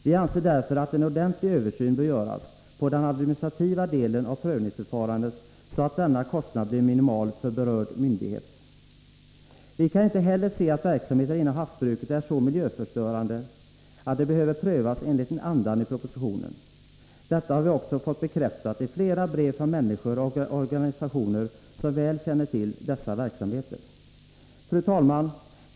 Vi anser därför att en ordentlig översyn bör göras på den administrativa delen av prövningsförfarandet så att denna kostnad blir minimal för berörd myndighet. Vi kan inte heller se att verksamheter inom havsbruket är så miljöförstörande att de behöver prövas enligt andan i propositionen. Detta har vi också fått bekräftat i flera brev från människor och organisationer som väl känner till dessa verksamheter. Fru talman!